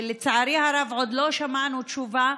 ולצערי הרב עוד לא שמענו תשובה,